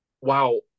wow